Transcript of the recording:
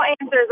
answers